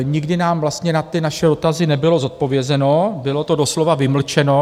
Nikdy nám vlastně na ty naše dotazy nebylo odpovězeno, bylo to doslova vymlčeno.